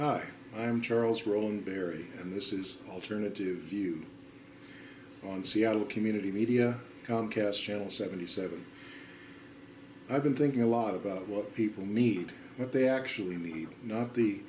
hi i'm charles roland perry and this is alternative view on seattle community media comcast channel seventy seven i've been thinking a lot about what people need what they actually need not